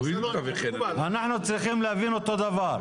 אנחנו צריכים להבין אותו דבר.